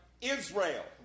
Israel